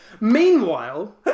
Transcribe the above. Meanwhile